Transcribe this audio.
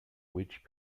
which